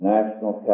National